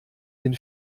den